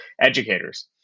educators